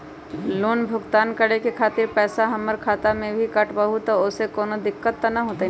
Loan भुगतान करे के खातिर पैसा हमर खाता में से ही काटबहु त ओसे कौनो दिक्कत त न होई न?